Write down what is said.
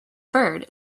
bird